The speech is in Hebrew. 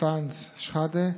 אנטאנס שחאדה,